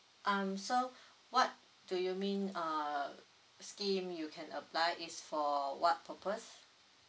um so what do you mean uh scheme you can apply is for what purpose